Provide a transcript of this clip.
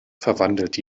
verwandelt